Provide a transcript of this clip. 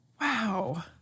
Wow